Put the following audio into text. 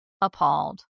appalled